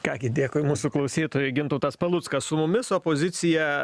ką gi dėkui mūsų klausytojui gintautas paluckas su mumis opozicija